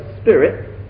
spirit